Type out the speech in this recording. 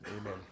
Amen